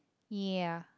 ya